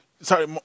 Sorry